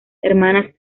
hermanas